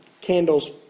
candles